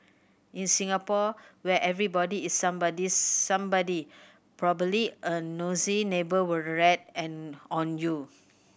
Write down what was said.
in Singapore where everybody is somebody's somebody probably a nosy neighbour will rat and on you